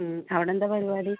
അവടെ എന്താണ് പരിപാടി